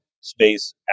space